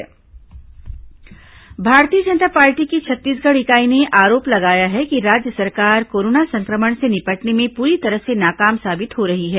भाजपा पत्रकारवार्ता भारतीय जनता पार्टी की छत्तीसगढ़ इकाई ने आरोप लगाया है कि राज्य सरकार कोरोना संक्रमण से निपटने में पूरी तरह से नाकाम साबित हो रही है